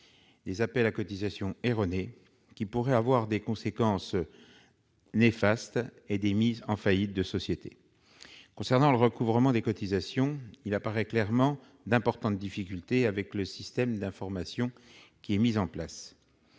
des URSSAF, ce qui pourrait avoir des conséquences néfastes et provoquer des mises en faillite de sociétés. Concernant le recouvrement des cotisations, il apparaît clairement d'importantes difficultés avec le système d'information mis en place.